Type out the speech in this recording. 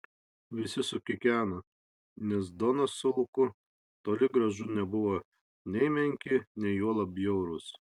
visi sukikeno nes donas su luku toli gražu nebuvo nei menki nei juolab bjaurūs